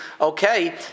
okay